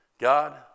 God